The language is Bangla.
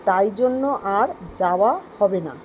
তাই জন্য আর যাওয়া হবে না